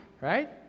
right